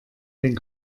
den